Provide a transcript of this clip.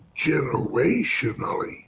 generationally